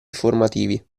informativi